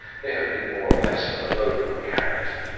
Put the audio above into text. they have been more or less of a local character.